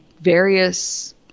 various